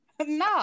No